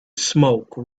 smoke